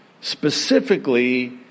specifically